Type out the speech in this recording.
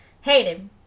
Hated